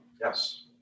yes